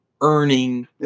earning